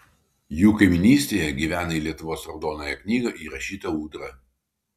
jų kaimynystėje gyvena į lietuvos raudonąją knygą įrašyta ūdra